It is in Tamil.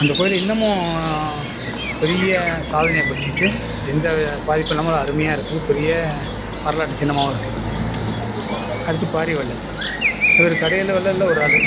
அந்த கோயில் இன்னும் பெரிய சாதனையை படைச்சிட்டு எந்தவித பாதிப்பும் இல்லாமல் ஒரு அருமையாக இருக்குது பெரிய வரலாற்று சின்னமாகவும் இருக்குது அடுத்து பாரி வள்ளல் இவர் கடையெழு வள்ளலில் ஒரு ஆள்